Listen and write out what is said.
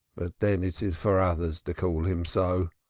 but then it is for others to call him so.